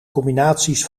combinaties